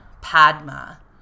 Padma